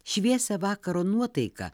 šviesią vakaro nuotaiką